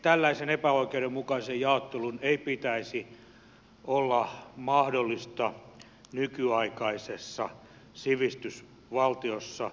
tämmöisen epäoikeudenmukaisen jaottelun ei pitäisi olla mahdollista nykyaikaisessa sivistysvaltiossa